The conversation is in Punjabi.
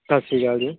ਸਤਿ ਸ਼੍ਰੀ ਅਕਾਲ ਜੀ